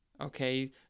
okay